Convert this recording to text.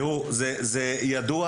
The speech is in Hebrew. זה ידוע,